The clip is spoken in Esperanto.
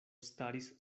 staris